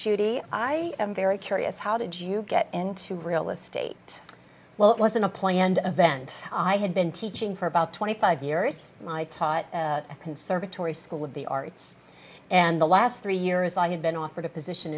judy i am very curious how did you get into real estate well it wasn't a planned event i had been teaching for about twenty five years i taught a conservatory school of the arts and the last three years i had been offered a position